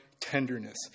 tenderness